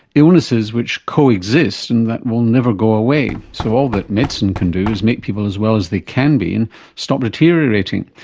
illnesses which co-exist and that will never go away, so all that medicine can do is make people as well as they can be and stop deteriorating.